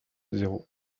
zéro